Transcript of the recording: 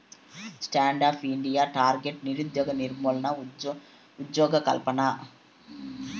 stand up India target నిరుద్యోగ నిర్మూలన, ఉజ్జోగకల్పన